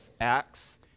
Acts